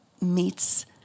meets